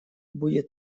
будет